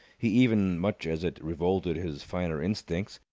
he even, much as it revolted his finer instincts,